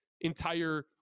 entire